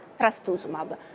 trastuzumab